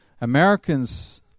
Americans